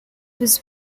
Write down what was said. was